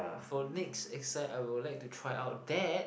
for next exercise I would like to try out that